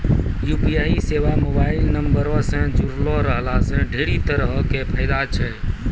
UPI सेबा mobile नंबरो से जुड़लो रहला से ढेरी तरहो के फायदा छै